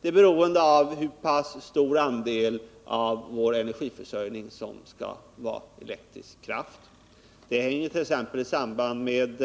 Det är beroende av hur pass stor andel av vår energiförsörjning som skall bestå av elektrisk kraft. Det har också samband med